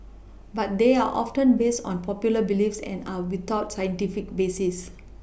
but they are often based on popular beliefs and are without scientific basis